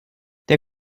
der